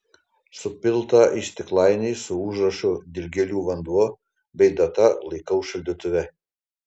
supiltą į stiklainį su užrašu dilgėlių vanduo bei data laikau šaldytuve